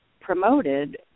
promoted